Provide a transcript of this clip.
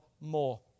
more